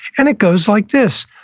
and it goes like this.